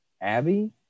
Abby